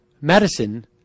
medicine